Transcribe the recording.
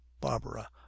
barbara